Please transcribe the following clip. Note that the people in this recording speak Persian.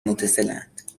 متصلاند